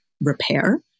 repair